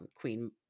Queen